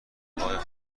خدایا